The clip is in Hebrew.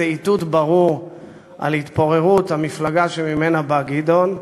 זה איתות ברור על התפוררות המפלגה שממנה גדעון בא,